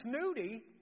snooty